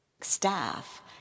staff